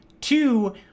two